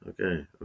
Okay